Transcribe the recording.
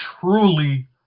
truly